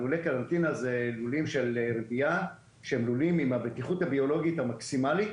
שהם לולי רבייה עם בטיחות ביולוגית מקסימלית.